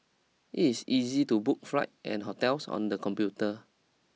it is easy to book flight and hotels on the computer